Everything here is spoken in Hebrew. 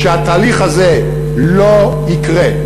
שהתהליך הזה לא יקרה.